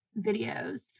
videos